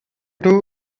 two